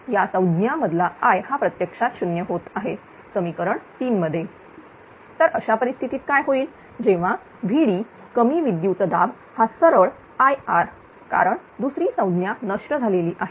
या संज्ञा मधला I हा प्रत्यक्षात 0 होत आहे समीकरण 3 मध्ये तर अशा परिस्थितीत काय होईल जेव्हा VD कमी विद्युतदाब हा सरळ IR कारण दुसरी संज्ञा नष्ट झालेली आहे